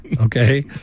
okay